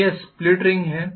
तो यह split ring है